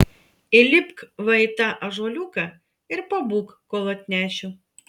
įlipk va į tą ąžuoliuką ir pabūk kol atnešiu